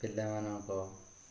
ପିଲାମାନଙ୍କ